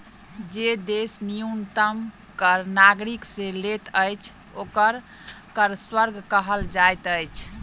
जे देश न्यूनतम कर नागरिक से लैत अछि, ओकरा कर स्वर्ग कहल जाइत अछि